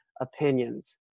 opinions